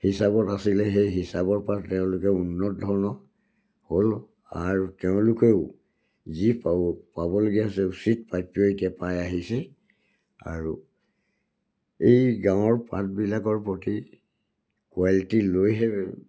হিচাপত আছিলে সেই হিচাপৰ পাত তেওঁলোকে উন্নত ধৰণৰ হ'ল আৰু তেওঁলোকেও যি পাবলগীয়া হৈছে উচিত প্ৰাপ্য এতিয়া পাই আহিছে আৰু এই গাঁৱৰ পাতবিলাকৰ প্ৰতি কোৱালিটিলৈহে